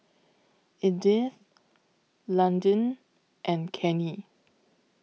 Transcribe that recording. Edyth Londyn and Kenny